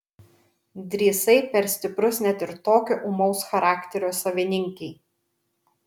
drįsai per stiprus net ir tokio ūmaus charakterio savininkei